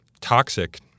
toxic